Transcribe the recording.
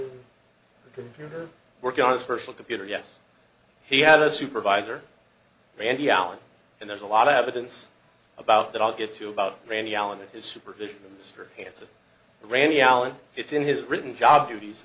the computer working on his personal computer yes he had a supervisor randy allen and there's a lot of evidence about that i'll get to about randy allen and his supervision of mr hanson and randy allen it's in his written job duties